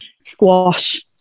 Squash